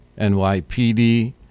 NYPD